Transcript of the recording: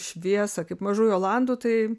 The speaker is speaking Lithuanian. šviesą kaip mažųjų olandų tai